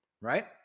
right